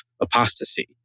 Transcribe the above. apostasy